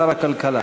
שר הכלכלה.